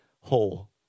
whole